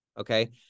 okay